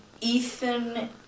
Ethan